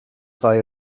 ddau